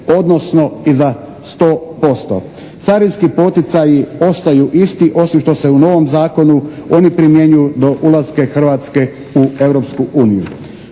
odnosno i za 100%. Carinski poticaji ostaju isti osim što se u novom zakonu oni primjenjuju do ulaska Hrvatske u